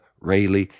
Rayleigh